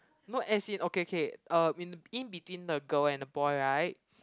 no as in okay okay uh in in between the girl and the boy right